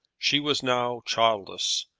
she was now childless,